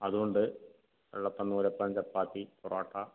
അതുമുണ്ട് വെള്ളപ്പം നൂലപ്പം ചപ്പാത്തി പൊറോട്ട